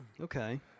Okay